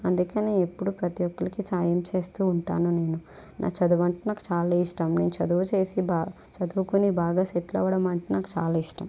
అందుకనే ఎప్పుడూ ప్రతి ఒక్కరికి సాయం చేస్తూ ఉంటాను నేను నా చదవు అంటే నాకు చాలా ఇష్టం నేను చదువు చేసి బాగా చదువుకోని బాగా సెటిల్ అవ్వడం అంటే నాకు చాలా ఇష్టం